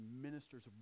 ministers